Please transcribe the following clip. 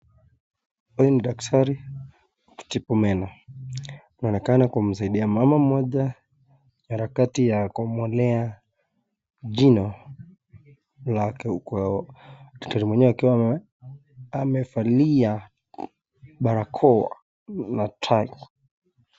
Huyu ni daktari wa kutibu meno, anaonekana kumsaidia mama mmoja harakati ya kumng'olea jino lake uku daktari mwenyewe akiwa amevalia barakoa na tai.